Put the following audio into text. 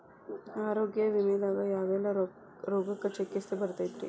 ಆರೋಗ್ಯ ವಿಮೆದಾಗ ಯಾವೆಲ್ಲ ರೋಗಕ್ಕ ಚಿಕಿತ್ಸಿ ಬರ್ತೈತ್ರಿ?